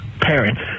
parents